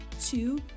two